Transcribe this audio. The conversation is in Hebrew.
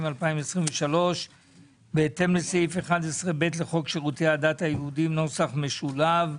2023 בהתאם לסעיף 11ב לחוק שרותי הדת היהודים (נוסח משולב)